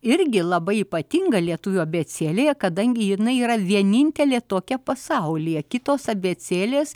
irgi labai ypatinga lietuvių abėcėlėje kadangi jinai yra vienintelė tokia pasaulyje kitos abėcėlės